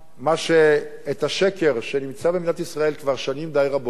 את השקר שנמצא במדינת ישראל כבר שנים די רבות